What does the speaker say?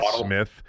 Smith